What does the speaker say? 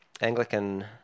Anglican